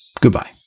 Goodbye